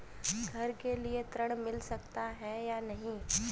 घर के लिए ऋण मिल सकता है या नहीं?